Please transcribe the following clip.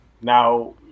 Now